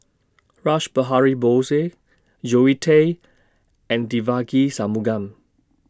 Rash Behari Bose Zoe Tay and Devagi Sanmugam